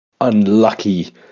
unlucky